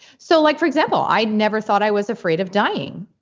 so, like for example, i had never thought i was afraid of dying.